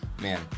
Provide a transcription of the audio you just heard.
man